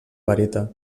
barita